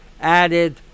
added